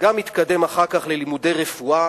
הוא גם התקדם אחר כך ללימודי רפואה,